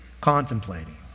contemplating